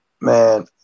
man